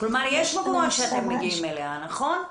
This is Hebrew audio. כלומר, יש מקומות שאתם מגיעים אליהם, נכון?